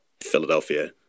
Philadelphia